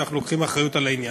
ואנחנו לוקחים אחריות על העניין,